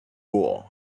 war